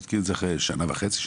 הוא התקין את זה אחרי שנה וחצי-שנתיים.